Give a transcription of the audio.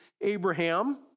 Abraham